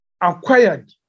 acquired